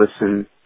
listen